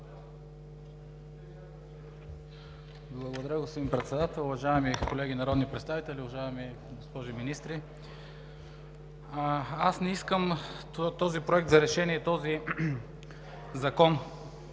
Благодаря Ви, господин Председател. Уважаеми колеги народни представители, уважаеми госпожи министри! Не искам този проект за решение и този